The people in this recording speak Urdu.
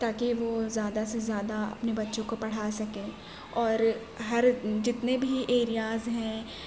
تاکہ وہ زیادہ سے زیادہ اپنے بچوں کو پڑھا سکیں اور ہر جتنے بھی ایریاز ہیں